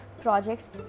projects